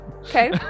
Okay